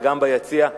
וגם ביציע,